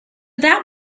that